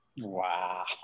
Wow